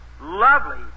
Lovely